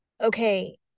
okay